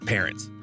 Parents